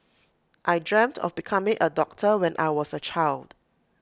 I dreamt of becoming A doctor when I was A child